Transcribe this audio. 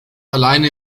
alleine